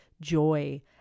joy